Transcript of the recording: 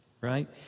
Right